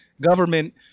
government